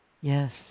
Yes